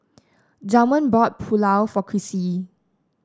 Delmer bought Pulao for Crissie